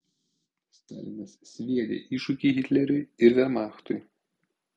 stalinas sviedė iššūkį hitleriui ir vermachtui